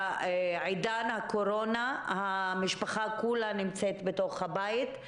בעידן הקורונה המשפחה כולה נמצאת בתוך הבית,